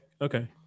okay